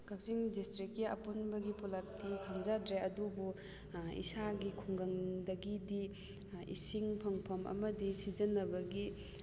ꯀꯛꯆꯤꯡ ꯗꯤꯁꯇ꯭ꯔꯤꯛꯀꯤ ꯑꯄꯨꯟꯕꯒꯤ ꯄꯨꯂꯞꯇꯤ ꯈꯪꯖꯗ꯭ꯔꯦ ꯑꯗꯨꯕꯨ ꯏꯁꯥꯒꯤ ꯈꯨꯡꯒꯪꯗꯒꯤꯗꯤ ꯏꯁꯤꯡ ꯐꯪꯐꯝ ꯑꯃꯗꯤ ꯁꯤꯖꯤꯟꯅꯕꯒꯤ